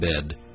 bed